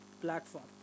platform